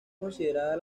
considerada